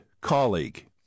colleague